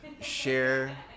share